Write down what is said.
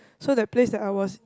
so that place that I was